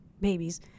babies